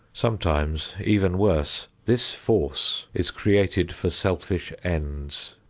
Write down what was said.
sometimes even worse, this force is created for selfish ends.